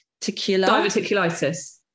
diverticulitis